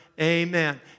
Amen